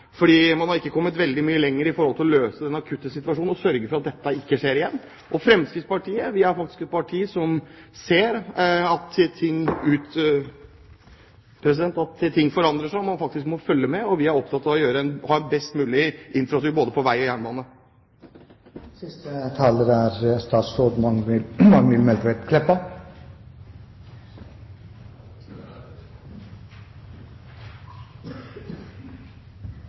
fordi Fremskrittspartiet ønsker å løse den akutte situasjonen alle togpendlerne er i. Jeg tror mange togpendlere ville vært frustrert over å sitte på galleriet i dag og høre på denne debatten, for man har ikke kommet veldig mye lenger i å løse den akutte situasjonen og sørge for at dette ikke skjer igjen. Fremskrittspartiet er et parti som ser at ting forandrer seg. Man må følge med, og vi er opptatt av å ha en best mulig infrastruktur på både vei og jernbane.